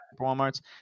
Walmart's